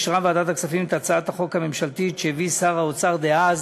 אישרה ועדת הכספים את הצעת החוק הממשלתית שהביא שר האוצר דאז